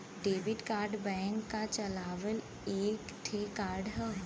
debit card bank क चलावल एक ठे कार्ड हौ